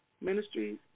Ministries